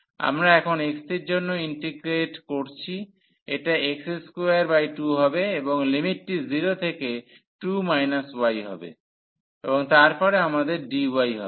আমরা এখন x এর জন্য ইন্টিগ্রেট করছি এটা x22 হবে এবং লিমিটটি 0 থেকে 2 y হবে এবং তারপরে আমাদের dy হবে